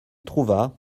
trouva